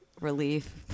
relief